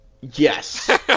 yes